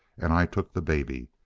and i took the baby.